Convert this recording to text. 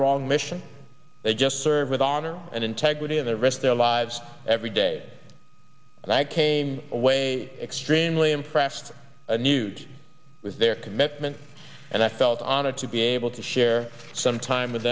wrong mission they just serve with honor and integrity of the rest their lives every day and i came away extremely impressed newt was their commitment and i felt honored to be able to share some time with